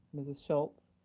mrs. schulz.